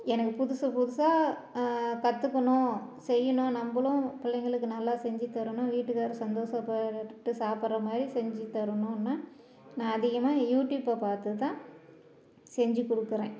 எனக்கு புதுசு புதுசாக கற்றுக்கணும் செய்யணும் நம்மளும் பிள்ளைங்களுக்கு நல்லா செஞ்சித்தரணும் வீட்டுக்காரரு சந்தோசபட்டு சாப்புடுற மாதிரி செஞ்சி தரணுன்னு நான் அதிகமாக யூடியூபை பார்த்துதான் செஞ்சி கொடுக்கறேன்